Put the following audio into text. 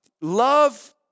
Love